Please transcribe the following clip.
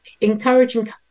encouraging